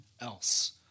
else